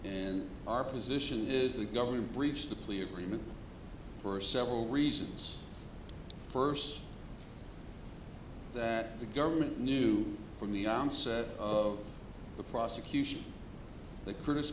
and our position is the government breached the plea agreement for several reasons first that the government knew from the onset of the prosecution the critic